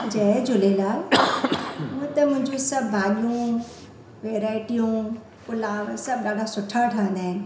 जय झूलेलाल हूअं त मुंजियूं सभ भाॼियूं वैरायटियूं पुलाव सभ ॾाढा सुठा ठहंदा आहिनि